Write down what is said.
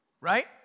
Right